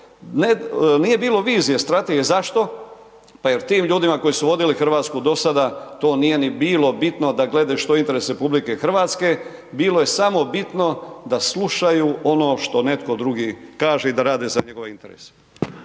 nije bilo vizije, strategije zašto, pa jel tim ljudima, koji su vodili Hrvatsku, do sada to nije ni bilo bitno, da gledaju što je interes RH, bilo je samo bitno, da slušaju ono što netko drugi kaže i da rade za njegove interese.